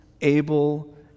able